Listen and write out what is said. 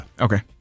Okay